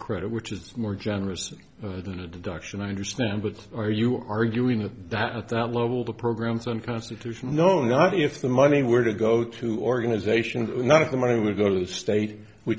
credit which is more generous than a deduction i understand but are you arguing that that at that level the program is unconstitutional no not if the money were to go to organizations not if the money would go to the state which